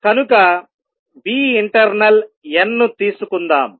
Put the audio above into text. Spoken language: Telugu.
కనుకinternal n ను తీసుకుందాం